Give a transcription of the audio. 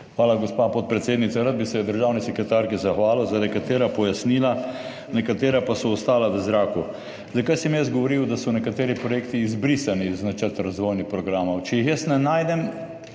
Hvala, gospa podpredsednica. Rad bi se državni sekretarki zahvalil za nekatera pojasnila, nekatera pa so ostala v zraku. Zakaj sem jaz govoril, da so nekateri projekti izbrisani iz načrta razvojnih programov? Če jih jaz ne najdem,